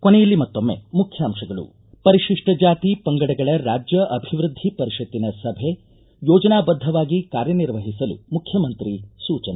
ಕೊನೆಯಲ್ಲಿ ಮತ್ತೊಮ್ಮೆ ಮುಖ್ಯಾಂಶಗಳು ಪರಿಶಿಷ್ಟ ಜಾತಿ ಪಂಗಡಗಳ ರಾಜ್ಯ ಅಭಿವೃದ್ಧಿ ಪರಿಷತ್ತಿನ ಸಭೆ ಯೋಜನಾ ಬದ್ಧವಾಗಿ ಕಾರ್ಯನಿರ್ವಹಿಸಲು ಮುಖ್ಯಮಂತ್ರಿ ಸೂಚನೆ